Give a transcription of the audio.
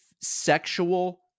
sexual